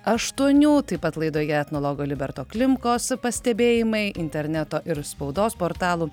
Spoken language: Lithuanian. aštuonių taip pat laidoje etnologo liberto klimkos pastebėjimai interneto ir spaudos portalų